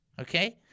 okay